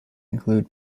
include